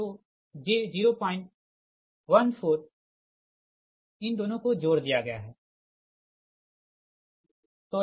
तो j 014 इन दोनों को जोड़ दिया गया है j 014